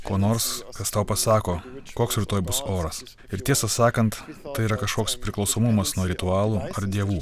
ko nors kas tau pasako koks rytoj bus oras ir tiesą sakant tai yra kažkoks priklausomumas nuo ritualų ar dievų